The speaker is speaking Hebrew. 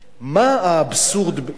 מה האבסורד, לא הבנתי, ניצן.